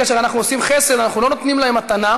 כאשר אנחנו עושים חסד אנחנו לא נותנים להם מתנה,